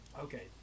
okay